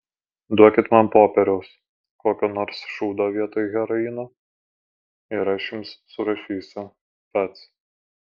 duokit man popieriaus kokio nors šūdo vietoj heroino ir aš jums surašysiu pats